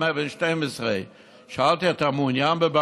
הוא אומר לי: בן 12. שאלתי אותו: אתה מעוניין בבר-מצווה?